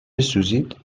بسوزید